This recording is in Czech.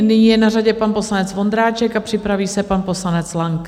Nyní je na řadě pan poslanec Vondráček a připraví se pan poslanec Lang.